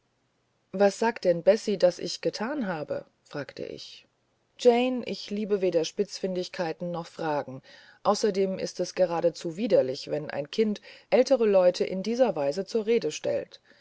was sagt denn bessie daß ich gethan habe fragte ich jane ich liebe weder spitzfindigkeiten noch fragen außerdem ist es gradezu widerlich wenn ein kind ältere leute in dieser weise zur rede stellt